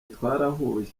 twarahuye